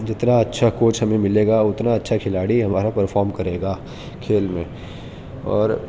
جتنا اچھا کوچ ہمیں ملے گا اتنا اچھا کھلاڑی ہمارا پرفوم کرے گا کھیل میں اور